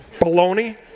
baloney